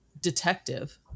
detective